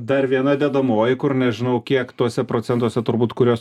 dar viena dedamoji kur nežinau kiek tuose procentuose turbūt kuriuos